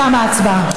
תמה ההצבעה.